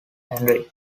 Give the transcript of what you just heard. henry